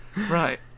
Right